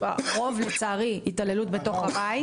לצערי הרוב התעללות בתוך הבית,